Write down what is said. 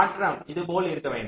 மாற்றம் இது போல் இருக்க வேண்டும்